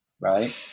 right